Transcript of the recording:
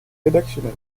rédactionnel